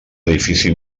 edifici